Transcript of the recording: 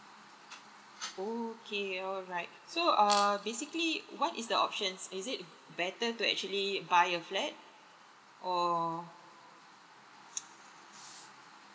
okay alright so err basically what is the options is it better to actually buy a flat or